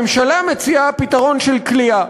הממשלה מציעה פתרון של כליאה.